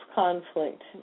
conflict